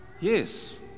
Yes